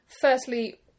Firstly